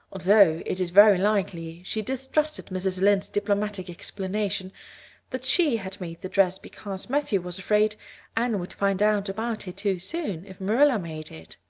although it is very likely she distrusted mrs. lynde's diplomatic explanation that she had made the dress because matthew was afraid anne would find out about it too soon if marilla made it.